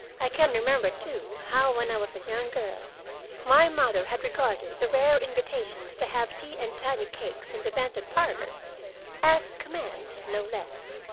i can remember, too, how when i was a young girl my mother had regarded the rare invitations to have tea and tiny cakes in the benton parlor as commands, no less,